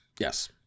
yes